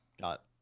got